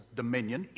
dominion